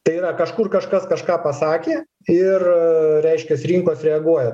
tai yra kažkur kažkas kažką pasakė ir reiškias rinkos reaguoja